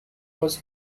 was